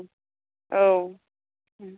औ